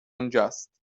اونجاست